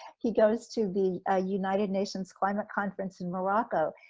he goes to the united nations climate conference in morocco.